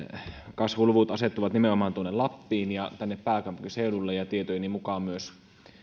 kasvuluvut asettuvat nimenomaan lappiin ja pääkaupunkiseudulle ja tietojeni mukaan myös